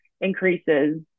increases